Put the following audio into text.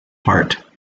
hart